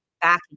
back